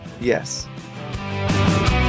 Yes